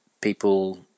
people